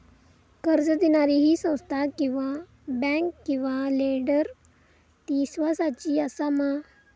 कर्ज दिणारी ही संस्था किवा बँक किवा लेंडर ती इस्वासाची आसा मा?